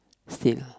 still ah